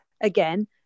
again